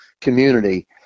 community